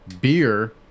beer